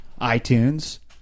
iTunes